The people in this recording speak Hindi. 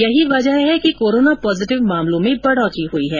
यही वजह है कि कोरोना पॉजिटिव मामलों में बढ़ोतरी हुई है